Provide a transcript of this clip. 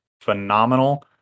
phenomenal